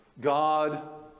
God